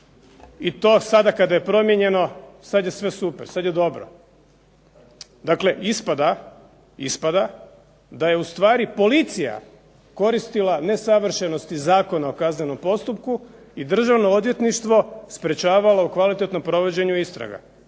i to sada kada je promijenjeno sada je sve super, sada je dobro. Dakle, ispada da je ustvari policija koristila nesavršenosti Zakona o kaznenom postupku i Državno odvjetništvo sprečavalo kvalitetnom provođenju istraga.